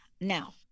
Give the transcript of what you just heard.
now